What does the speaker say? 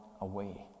away